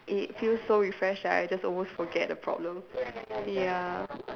it feels so refreshed that I just almost forget the problem ya